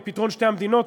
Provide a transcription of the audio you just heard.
לפתרון שתי המדינות,